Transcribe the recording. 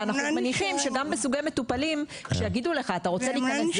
ואנחנו מניחים שגם בסוגי מטופלים כשיגידו לך אתה רוצה להיכנס?